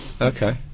Okay